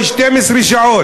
או 12 שעות,